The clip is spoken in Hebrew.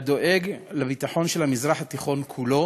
הדואג לביטחון של המזרח התיכון כולו